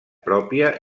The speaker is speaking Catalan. pròpia